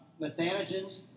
Methanogens